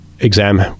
exam